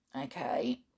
okay